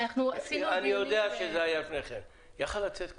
זה יכל לצאת קודם.